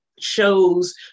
Shows